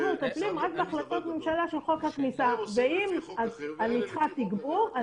אם אני צריכה תגבור,